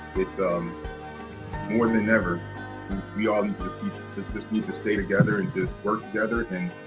it's um more than ever we all just need to stay together and just work together and